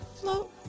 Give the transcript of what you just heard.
float